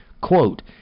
Quote